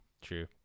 true